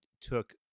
took